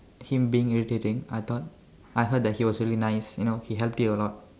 him being irritating I thought I heard that he was really nice you know he helped you a lot